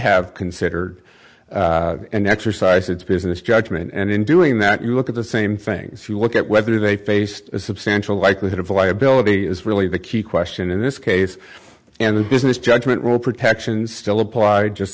have considered an exercise its business judgment and in doing that you look at the same things you look at whether they face a substantial likelihood of liability is really the key question in this case and the business judgment will protections still apply just